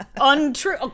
Untrue